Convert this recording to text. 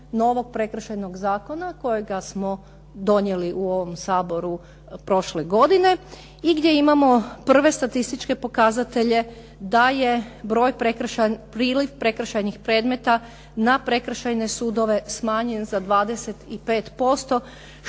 novog Prekršajnog zakona kojega smo donijeli u ovom Saboru prošle godine i gdje imamo prve statističke pokazatelje da je broj priliva prekršajnih predmeta na prekršajne sudove smanjen za 25%,